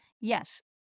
Yes